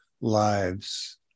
lives